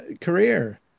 career